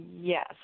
yes